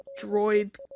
droid